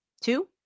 Two